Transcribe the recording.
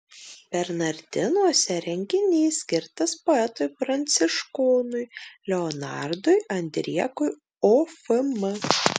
bernardinuose renginys skirtas poetui pranciškonui leonardui andriekui ofm